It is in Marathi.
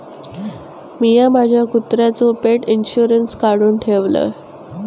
मिया माझ्या कुत्र्याचो पेट इंशुरन्स काढुन ठेवलय